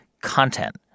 content